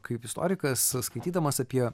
kaip istorikas skaitydamas apie